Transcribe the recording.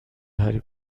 هری